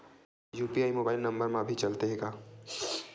UPI mobile number मा भी चलते हे का?